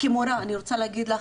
כמורה אני רוצה להגיד לך,